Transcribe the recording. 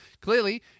clearly